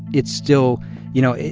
it's still you know,